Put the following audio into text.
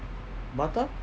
batam